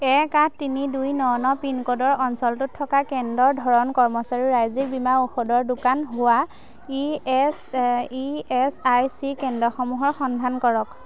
এক আঠ তিনি দুই ন ন পিনক'ডৰ অঞ্চলটোত থকা কেন্দ্ৰৰ ধৰণ কৰ্মচাৰীৰ ৰাজ্যিক বীমা ঔষধৰ দোকান হোৱা E S E S I C কেন্দ্ৰসমূহৰ সন্ধান কৰক